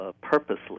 purposely